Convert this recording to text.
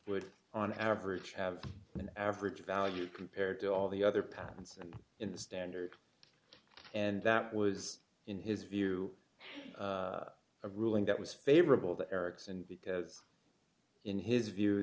would on average have an average value compared to all the other patents and in the standard and that was in his view a ruling that was favorable to eric's and because in his view